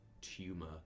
Tumor